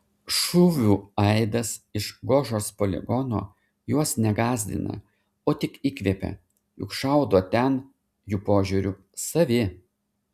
šūvių aidas iš gožos poligono juos ne gąsdina o tik įkvepia juk šaudo ten jų požiūriu savi